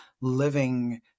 living